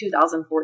2014